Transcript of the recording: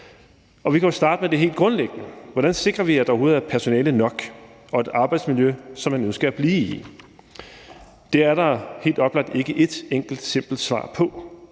Vi kan jo starte med det helt grundlæggende: Hvordan sikrer vi, at der overhovedet er personale nok og et arbejdsmiljø, som man ønsker at blive i? Det er der helt oplagt ikke ét enkelt, simpelt svar på,